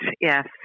yes